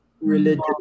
religion